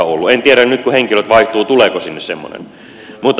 en tiedä nyt kun henkilöt vaihtuvat tuleeko sinne semmoinen